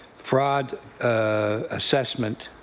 fraud ah assessment